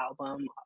album